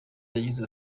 yagize